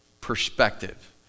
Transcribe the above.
perspective